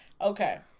Okay